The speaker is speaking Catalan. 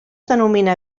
denomina